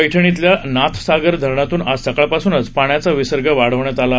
पैठण इथल्या नाथसागरातून आज सकाळपासून पाण्याचा विसर्ग वाढवण्यात आला आहे